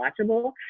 watchable